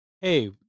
hey